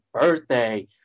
birthday